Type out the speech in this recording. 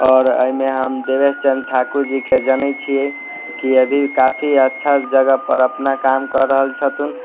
आओर एहिमे हम देवेश चन्द्र ठाकुर जीके जनैत छियै कि अभी काफी अच्छा जगह पर अपना काम करि रहल छथि